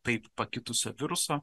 taip pakitusio viruso